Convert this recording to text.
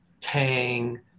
Tang